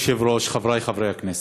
אדוני היושב-ראש, חברי חברי הכנסת,